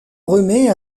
remet